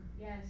Yes